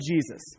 Jesus